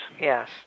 Yes